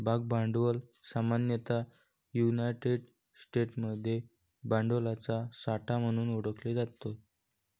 भाग भांडवल सामान्यतः युनायटेड स्टेट्समध्ये भांडवलाचा साठा म्हणून ओळखले जाते